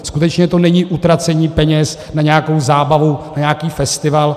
Skutečně to není utracení peněz na nějakou zábavu, na nějaký festival.